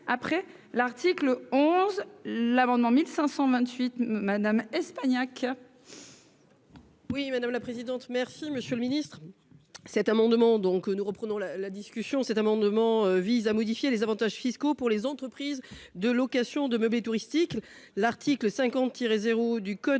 après l'article 11 l'amendement 1528 Madame Espagnac. Oui, madame la présidente, merci Monsieur le Ministre, cet amendement, donc nous reprenons la discussion cet amendement vise à modifier les avantages fiscaux pour les entreprises de location de meublés touristiques, l'article 50 zéro du code